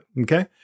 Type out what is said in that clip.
Okay